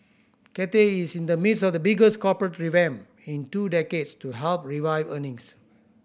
Cathay is in the midst of the biggest corporate revamp in two decades to help revive earnings